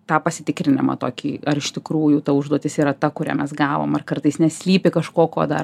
tą pasitikrinimą tokį ar iš tikrųjų ta užduotis yra ta kurią mes gavom ar kartais neslypi kažko ko dar